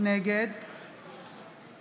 נגד